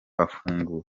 kubafungura